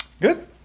Good